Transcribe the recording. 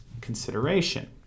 consideration